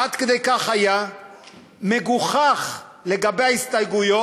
עד כדי כך היה מגוחך לגבי ההסתייגויות,